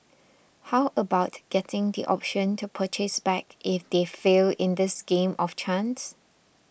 how about getting the Option to Purchase back if they fail in this game of chance